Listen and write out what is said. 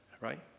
right